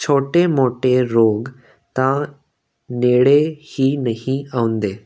ਛੋਟੇ ਮੋਟੇ ਰੋਗ ਤਾਂ ਨੇੜੇ ਹੀ ਨਹੀਂ ਆਉਂਦੇ